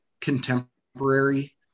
contemporary